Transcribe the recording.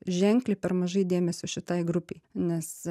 ženkliai per mažai dėmesio šitai grupei nes